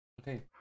Okay